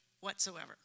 whatsoever